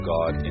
God